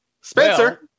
Spencer